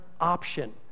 option